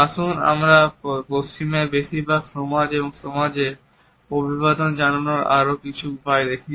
আসুন আমরা পশ্চিমের বেশিরভাগ সমাজ ও সমাজে অভিবাদন জানানোর আরও কিছু উপায় দেখি